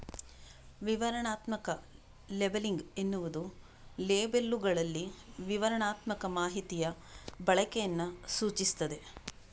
ವಿವರಣಾತ್ಮಕ ಲೇಬಲಿಂಗ್ ಎನ್ನುವುದು ಲೇಬಲ್ಲುಗಳಲ್ಲಿ ವಿವರಣಾತ್ಮಕ ಮಾಹಿತಿಯ ಬಳಕೆಯನ್ನ ಸೂಚಿಸ್ತದೆ